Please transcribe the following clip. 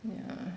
mm